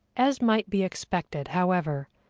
as might be expected, however,